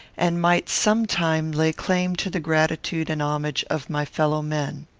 and might some time lay claim to the gratitude and homage of my fellow men.